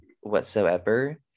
whatsoever